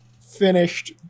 finished